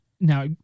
now